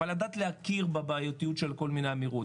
אבל לדעת להכיר בבעייתיות של כל מיני אמירות,